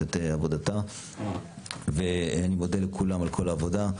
עבודתה ואני מודה לכולם על כל העבודה,